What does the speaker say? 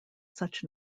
such